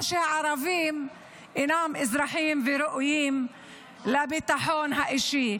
או שהערבים אינם אזרחים וראויים לביטחון אישי.